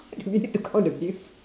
do we need to count the bees